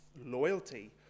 loyalty